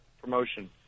promotion